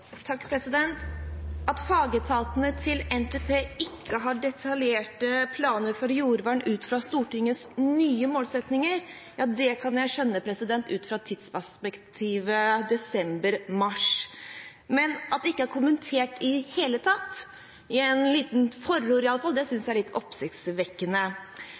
At fagetatene i sine innspill til NTP ikke har detaljerte planer for jordvern ut fra Stortingets nye målsettinger, kan jeg skjønne, ut fra tidsperspektivet desember–mars. Men at det ikke er kommentert i det hele tatt, i et lite forord iallfall, synes jeg er litt oppsiktsvekkende.